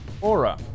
Aura